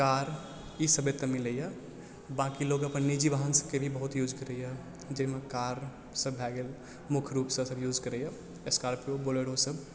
car ईसब एतौ मिलै यऽ बाक़ी लोक अपन निजी वाहन सबके भी बहुत यूज़ करै यऽ जाहिमे कार सब भए गेल मुख्य रूप सॅं सब यूज़ करै यऽ स्कारपियो बलेरो सब